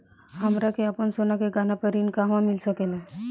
हमरा के आपन सोना के गहना पर ऋण कहवा मिल सकेला?